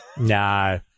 no